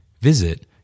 Visit